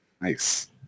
Nice